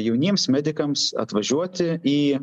jauniems medikams atvažiuoti į